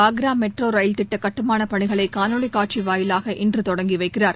Agra metro rail திட்ட கட்டுமான பணிகளை காணொலிக் காட்சி வாயிலாக இன்று தொடங்கி வைக்கிறார்